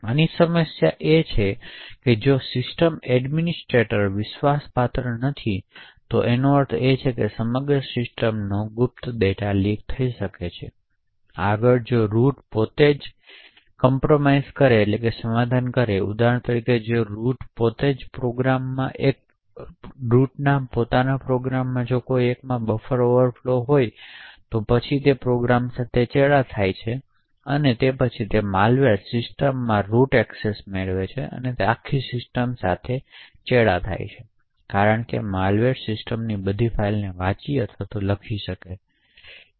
હવે આની સમસ્યા એ છે કે જો સિસ્ટમ એડમિનિસ્ટ્રેટર વિશ્વાસપાત્ર નથી તો તેનો અર્થ એ કે સમગ્ર સિસ્ટમો ગુપ્ત ડેટા લીક થઈ શકે છે આગળ જો રુટ પોતે સમાધાન કરે છે ઉદાહરણ તરીકે જો રુટ પ્રોગ્રામ્સમાંથી કોઈ એકમાં બફર ઓવરફ્લો નબળાઈ હોય પછી તે પ્રોગ્રામ સાથે ચેડા થાય છે અને તે પછી માલવેર સિસ્ટમમાં રૂટ એએક્સેસ મેળવે છે અને આમ તે આખી સિસ્ટમ સાથે સમાધાન કરે છે કારણ કે માલવેર સિસ્ટમની બધી ફાઇલોને વાંચી અને લખી શકે છે